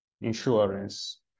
insurance